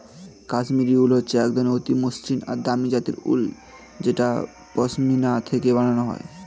কাশ্মীরি উল হচ্ছে এক অতি মসৃন আর দামি জাতের উল যেটা পশমিনা থেকে বানানো হয়